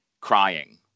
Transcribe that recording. crying